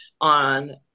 on